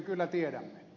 kyllä tiedämme